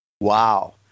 Wow